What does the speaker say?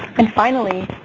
and finally,